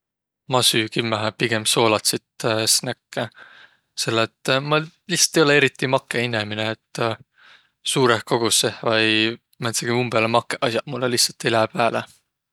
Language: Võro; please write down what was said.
Ma süü kimmähe pigem soolatsit snäkke, selle et ma lihtsält ei olõq eriti makõinemine. Et suurõh kogussõh vai määntsegiq umbõ makõq as'aq mullõ lihtsält ei lääq pääle.